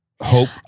hope-